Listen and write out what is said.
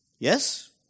Yes